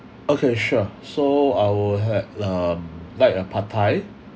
okay sure so I will have um like a pad thai